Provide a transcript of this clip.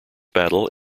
battle